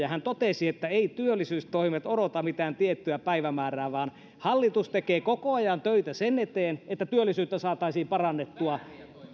hän totesi että ei työllisyystoimet odota mitään tiettyä päivämäärää vaan hallitus tekee koko ajan töitä sen eteen että työllisyyttä saataisiin parannettua